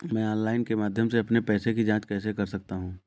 मैं ऑनलाइन के माध्यम से अपने पैसे की जाँच कैसे कर सकता हूँ?